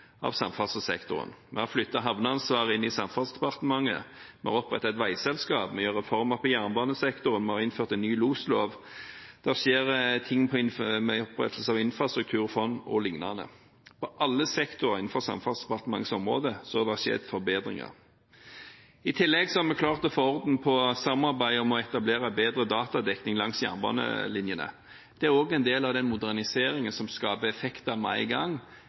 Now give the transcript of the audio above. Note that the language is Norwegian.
av samferdselssektoren. Vi har flyttet havneansvaret inn i Samferdselsdepartementet, vi har opprettet et veiselskap, vi gjør reformer på jernbanesektoren, vi har innført en ny loslov, det skjer ting med opprettelse av et infrastrukturfond o.l. På alle sektorer innenfor Samferdselsdepartementets område har det skjedd forbedringer. I tillegg har vi klart å få orden på samarbeidet om å etablere bedre datadekning langs jernbanelinjene. Det er også en del av den moderniseringen som skaper effekt med en gang